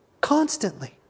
Constantly